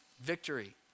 Victory